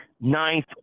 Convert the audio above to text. ninth